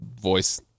voice